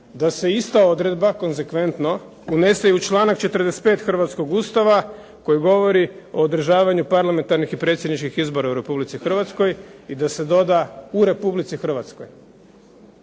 da se ista odredba konzekventno unese i u članak 45. Hrvatskog ustava koji govori o održavanju parlamentarnih i predsjedničkih izbora u Republici Hrvatskoj i da se doda u Republici Hrvatskoj.